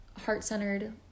heart-centered